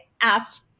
asked